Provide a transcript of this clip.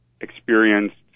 experienced